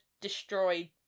destroyed